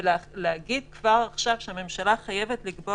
ולהגיד כבר עכשיו שהממשלה חייבת לקבוע